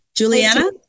Juliana